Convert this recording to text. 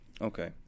Okay